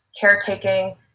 caretaking